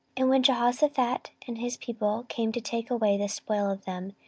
and when jehoshaphat and his people came to take away the spoil of them,